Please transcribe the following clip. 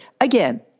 Again